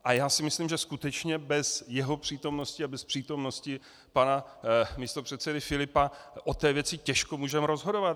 A myslím si, že skutečně bez jeho přítomnosti a bez přítomnosti pana místopředsedy Filipa o té věci těžko můžeme rozhodovat.